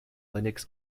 linux